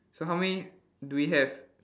so how many do we have